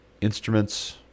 instruments